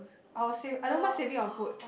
I will save I don't mind saving on food